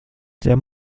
der